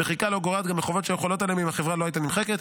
המחיקה לא גורעת גם מחובות שהיו חלות עליהם אם החברה לא הייתה נמחקת.